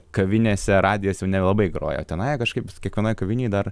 kavinėse radijas jau nelabai groja o tenai kažkaip kiekvienoj kavinėj dar